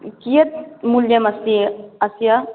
कियत् मूल्यम् अस्ति अस्य